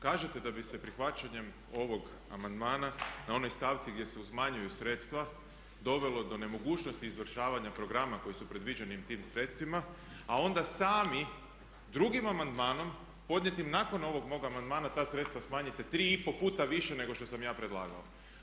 Kažete da bi se prihvaćanjem ovog amandmana na onoj stavci gdje se umanjuju sredstva dovelo do nemogućnosti izvršavanja programa koji su predviđeni tim sredstvima, a onda sami drugim amandmanom podnijetim nakon ovog mog amandmana ta sredstva smanjiti 3 i pol puta više nego što sam ja predlagao.